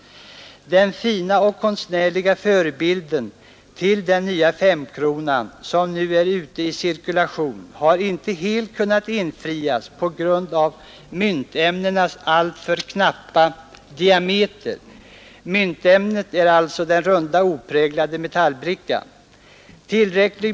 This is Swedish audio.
Den fina konstnärliga förebilden till den nya femkrona som nu är ute i cirkulation har inte helt kunnat efterföljas på grund av myntämnenas alltför knappa diameter. Myntämnet är den runda opräglade metallbrickan.